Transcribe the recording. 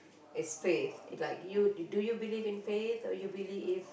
is faith like you do you believe in faith or you believe in